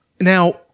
now